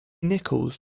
nichols